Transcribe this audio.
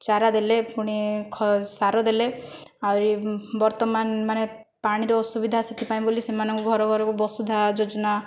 ଚାରା ଦେଲେ ପୁଣି ସାର ଦେଲେ ଆହୁରି ବର୍ତ୍ତମାନ ମାନେ ପାଣିର ଅସୁବିଧା ସେଥିପାଇଁ ବୋଲି ସେମାନଙ୍କୁ ଘର ଘରକୁ ବସୁଧା ଯୋଜନା